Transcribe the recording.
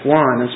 one